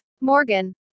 Morgan